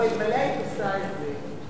אלמלא היית עושה את זה,